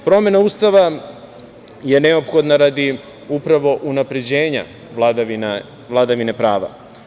Promena Ustava je neophodna radi upravo unapređenja vladavine prava.